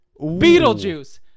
Beetlejuice